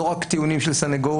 לא רק טיעונים של סניגורים,